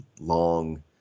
long